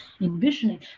envisioning